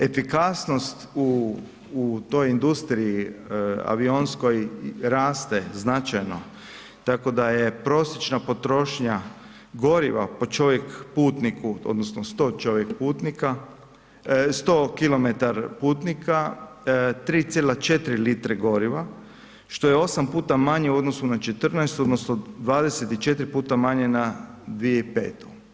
Efikasnost u toj industriji avionskoj raste značajno, tako da je prosječna potrošnja govora po čovjek putniku odnosno 100 čovjek putnika, 100 kilometar putnika 3,4 litre goriva, što je 8 puta manje u odnosu na '14. odnosno 24 puta manje na 2005.